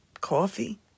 coffee